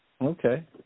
Okay